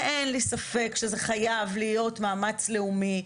אין לי ספק שזה חייב להיות מאמץ לאומי.